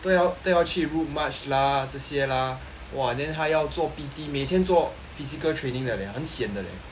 都要都要去 route march lah 这些啦哇 then 还要做 P_T 每天做 physical training 的 leh 很 sian 的 leh